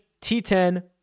T10